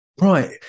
Right